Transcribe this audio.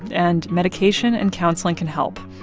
and medication and counseling can help.